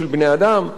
למרבה הצער,